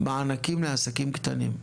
"מענקים לעסקים קטנים".